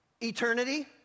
eternity